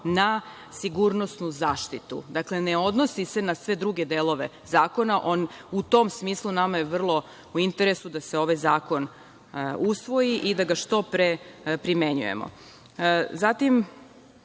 na sigurnosnu zaštitu. Dakle, ne odnosi se na druge delove zakona. U tom smislu nama je vrlo važno i u interesu da se ovaj zakon usvoji i da ga što pre primenjujemo. Ono